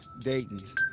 Dayton's